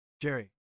Jerry